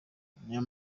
niyo